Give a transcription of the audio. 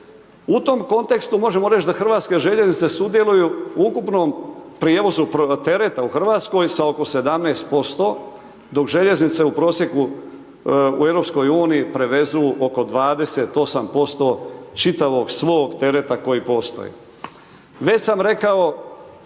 u tom kontekstu možemo reći da HŽ sudjeluju u ukupnom prijevozu tereta u Hrvatskoj sa oko 17% dok željeznice u prosjeku u EU prevezu oko 28% čitavog svog tereta koji postoji. Već sam rekao